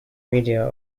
media